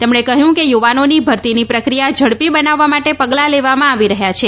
તેમણે કહ્યું કે યુવાનોની ભરતીની પ્રક્રિયા ઝડપી બનાવવા માટે પગલા લેવામાં આવી રહ્યા છે